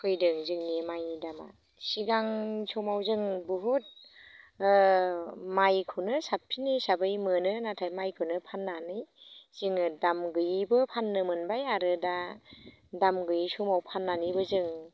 फैदों जोंनि माइनि दामा सिगां समाव जों बहुद ओ माइखौनो साबसिन हिसाबै मोनो नाथाय माइखौनो फाननानै जोङो दाम गोयैबो फाननो मोनबाय आरो दा दाम गैयै समाव फाननानैबो जों